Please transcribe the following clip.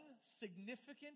significant